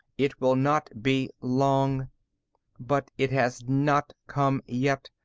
it will not be long but it has not come yet,